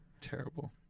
Terrible